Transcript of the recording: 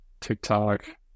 TikTok